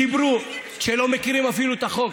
דיברו, כשהם לא מכירים אפילו את החוק,